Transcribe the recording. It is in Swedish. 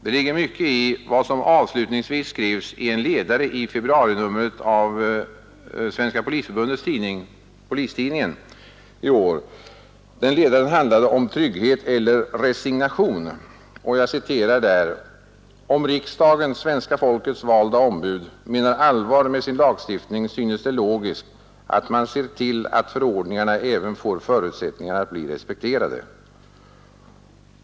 Det ligger mycket i vad som avslutningsvis skrevs i en ledare i februarinumret av Svenska polisförbundets tidning i år. Den ledaren handlade om ”Trygghet eller resignation” och jag citerar: ”Om riksdagen, svenska folkets valda ombud, menar allvar med sin lagstiftning synes det logiskt att man ser till att förordningarna även får förutsättningar att bli respekterade.